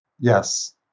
Yes